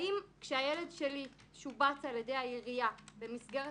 האם כשהילד שלי שובץ על ידי העירייה במסגרת